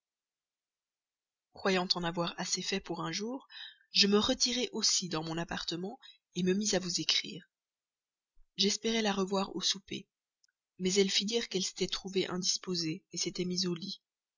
croyant en avoir assez fait pour un jour je me retirai aussi dans mon appartement me mis à vous écrire j'espérais la revoir au souper mais elle fit dire qu'elle s'était trouvée indisposée s'était mise au lit